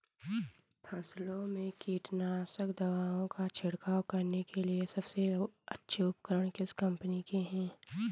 फसलों में कीटनाशक दवाओं का छिड़काव करने के लिए सबसे अच्छे उपकरण किस कंपनी के हैं?